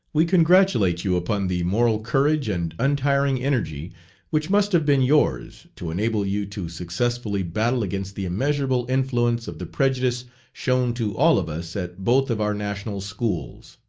we congratulate you upon the moral courage and untiring energy which must have been yours, to enable you to successfully battle against the immeasurable influence of the prejudice shown to all of us at both of our national schools.